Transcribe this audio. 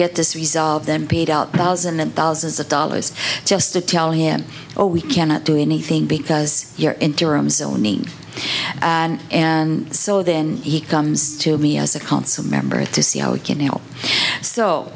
get this resolved then paid out thousand and thousands of dollars just to tell him or we cannot do anything because you're interim zoning and and so then he comes to me as a council member to see how we can help so